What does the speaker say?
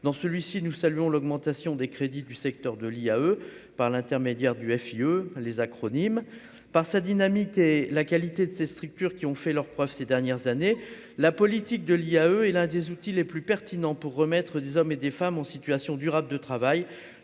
dans celui-ci, nous saluons l'augmentation des crédits du secteur de l'IAE, par l'intermédiaire du FIE les acronymes par sa dynamique et la qualité de ces structures qui ont fait leur preuve, ces dernières années, la politique de l'IAE et l'un des outils les plus pertinents pour remettre des hommes et des femmes en situation durable de travail